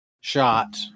shot